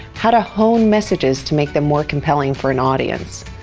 how to hone messages to make them more compelling for an audience.